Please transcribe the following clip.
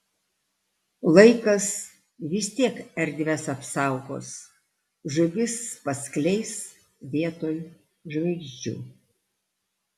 laikas vis tiek erdves apsaugos žuvis paskleis vietoj žvaigždžių